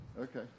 Okay